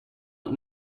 het